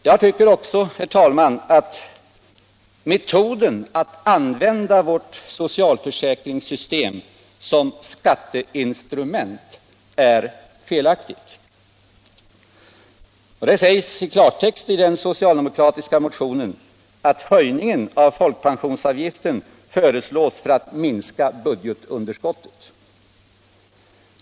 Jag tycker också, herr talman, att metoden att använda socialförsäkringssystemet som skatteinstrument är felaktig. Det sägs i klartext i den socialdemokratiska motionen att höjningen av folkpensionsavgiften föreslås för att minska budgetunderskottet.